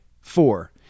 Four